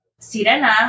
Sirena